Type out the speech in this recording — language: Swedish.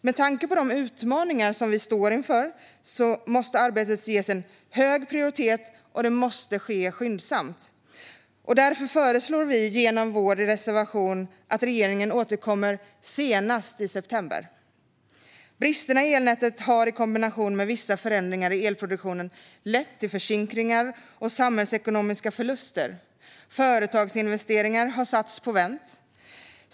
Med tanke på de utmaningar som vi står inför måste arbetet ges hög prioritet och ske skyndsamt. Därför föreslår vi i vår reservation att regeringen ska återkomma senast i september. Bristerna i elnätet har i kombination med vissa förändringar i elproduktionen lett till försinkningar och samhällsekonomiska förluster. Företagsinvesteringar har satts på vänt.